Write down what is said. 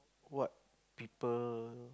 what people